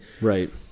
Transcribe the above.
Right